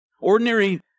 ordinary